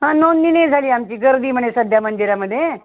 हा नोंदणी नाही झाली आमची गर्दी म्हणे सध्या मंदिरामध्ये